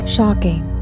Shocking